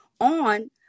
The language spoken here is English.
on